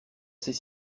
ces